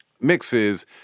mixes